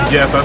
Yes